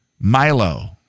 Milo